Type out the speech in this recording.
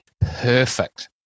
perfect